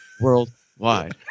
Worldwide